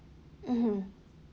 mmhmm